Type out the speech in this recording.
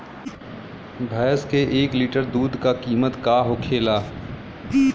भैंस के एक लीटर दूध का कीमत का होखेला?